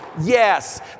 yes